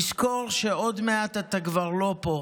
תזכור שעוד מעט אתה כבר לא פה,